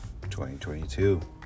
2022